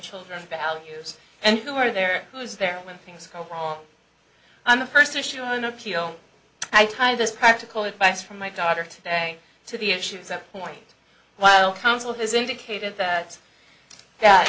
children values and who are there who's there when things go wrong on the first issue on appeal i tie this practical advice from my daughter today to the issues that point while counsel has indicated that